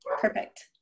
Perfect